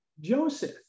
Joseph